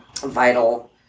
vital